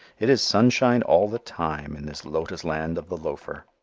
it is sunshine all the time in this lotus land of the loafer.